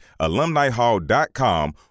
alumnihall.com